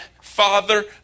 Father